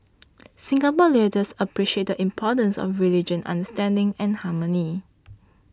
Singapore leaders appreciate the importance of religion understanding and harmony